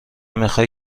میخای